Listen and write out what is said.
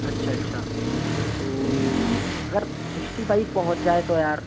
अच्छा अच्छा तो अगर सिक्स्टी फ़ाइव पहुँच जाए तो यार